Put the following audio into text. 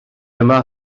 yma